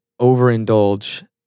overindulge